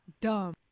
dumb